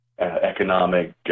economic